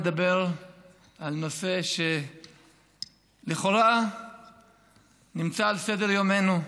לדבר על נושא שלכאורה נמצא על סדר-יומנו,